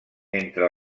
entre